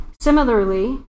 Similarly